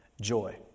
joy